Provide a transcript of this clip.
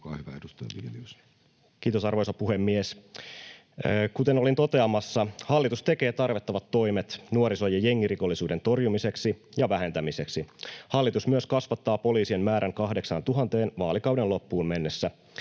Kiitos, arvoisa puhemies! Kuten olin toteamassa, hallitus tekee tarvittavat toimet nuoriso- ja jengirikollisuuden torjumiseksi ja vähentämiseksi. Hallitus myös kasvattaa poliisien määrän 8 000:een vaalikauden loppuun mennessä.